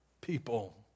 people